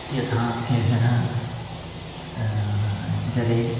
यथा केचन जले